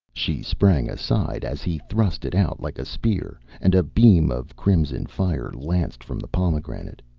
she sprang aside as he thrust it out like a spear, and a beam of crimson fire lanced from the pomegranate.